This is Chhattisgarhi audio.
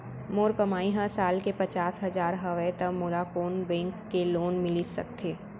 मोर कमाई ह साल के पचास हजार हवय त मोला कोन बैंक के लोन मिलिस सकथे?